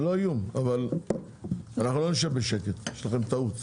אבל אנחנו לא נשב בשקט, יש לכם טעות.